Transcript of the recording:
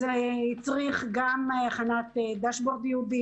וזה הצריך גם הכנת דשבורד ייעודי,